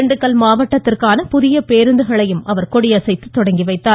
திண்டுக்கல் மாவட்டத்திற்கான புதிய பேருந்துகளையும் அவர் கொடியசைத்து துவக்கி வைக்கிறார்